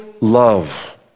love